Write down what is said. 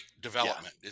development